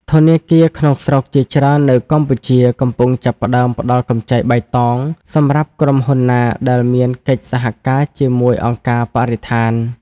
ធនាគារក្នុងស្រុកជាច្រើននៅកម្ពុជា កំពុងចាប់ផ្ដើមផ្ដល់កម្ចីបៃតងសម្រាប់ក្រុមហ៊ុនណាដែលមានកិច្ចសហការជាមួយអង្គការបរិស្ថាន។